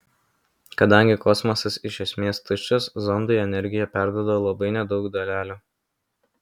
kadangi kosmosas iš esmės tuščias zondui energiją perduoda labai nedaug dalelių